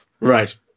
Right